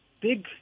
big